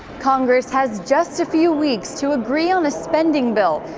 congress has just a few weeks to agree on a spending bill,